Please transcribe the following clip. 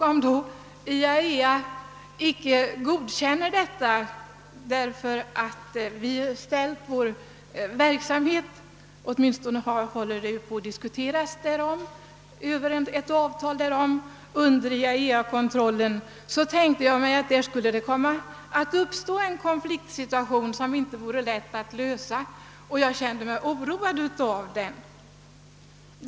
Om IAEA icke godkände detta därför att vi ställt vår verksamhet under IAEA-kontrollen — åtminstone diskuteras ett avtal därom — föreställde jag mig att det skulle kunna uppstå en konflikt som icke vore lätt att lösa, och jag kände mig oroad av detta.